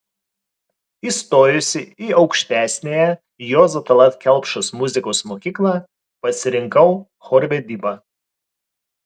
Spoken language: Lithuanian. įstojusi į aukštesniąją juozo tallat kelpšos muzikos mokyklą pasirinkau chorvedybą